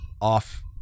off